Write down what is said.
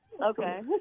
Okay